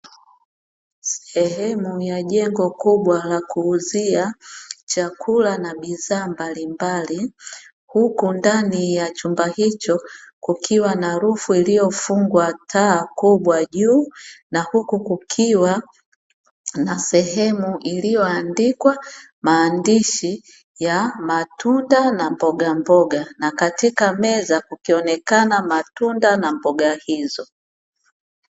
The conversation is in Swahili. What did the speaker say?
Sehemu ya jengo kubwa la kuuzia chakula na bidhaa mbalimbali, huku ndani ya chumba hicho kukiwa na rufu iliyofungwa taa kubwa juu, na huku kukiwa na sehemu iliyoandikwa maandishi ya matunda na mbogamboga. Na katika meza kukionekana matunda na mboga hizo.